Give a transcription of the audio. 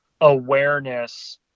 awareness